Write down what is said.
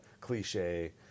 cliche